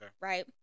Right